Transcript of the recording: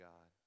God